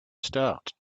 start